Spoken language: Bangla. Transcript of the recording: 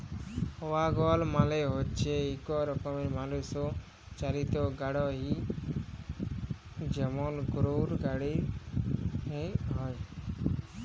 ওয়াগল মালে হচ্যে ইক রকমের মালুষ চালিত গাড়হি যেমল গরহুর গাড়হি হয়